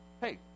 Hey